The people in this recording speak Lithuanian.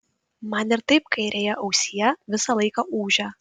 man ir taip kairėje ausyje visą laiką ūžia